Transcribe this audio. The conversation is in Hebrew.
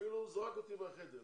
הוא אפילו זרק אותי מהחדר.